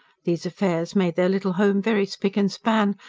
these affairs made their little home very spick and span,